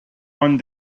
one